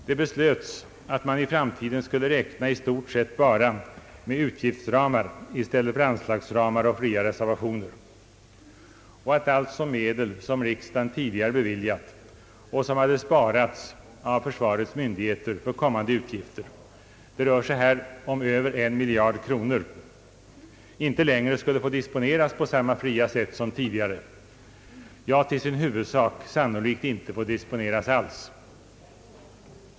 Det beslöts att man i framtiden skulle räkna i stort sett bara med utgiftsramar i stället för anslagsramar kompletterade med fria reservationer och att alltså medel, som riksdagen tidigare beviljat och som hade sparats av försvarets myndigheter för kommande utgifter — det rör sig om över en miljard kronor — inte längre skulle få disponeras på samma fria sätt som tidigare, ja, sannolikt till största delen inte få disponeras alls.